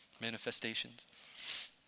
Manifestations